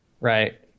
Right